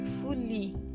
fully